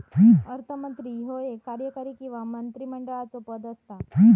अर्थमंत्री ह्यो एक कार्यकारी किंवा मंत्रिमंडळाचो पद असता